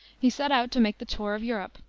he set out to make the tour of europe,